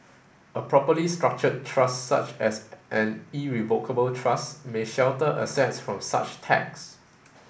a properly structured trust such as an irrevocable trust may shelter assets from such tax